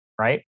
Right